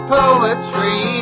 poetry